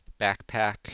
Backpack